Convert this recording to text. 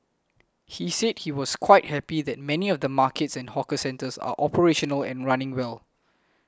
he said he was quite happy that many of the markets and hawker centres are operational and running well